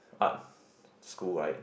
art school right